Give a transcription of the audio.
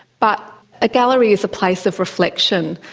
but a gallery is a place of reflection,